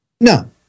no